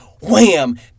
wham